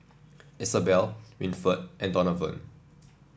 Isabel Winford and Donavon